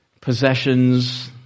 Possessions